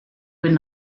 would